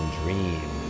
dream